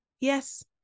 Yes